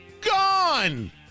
Gone